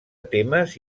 temes